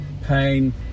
Pain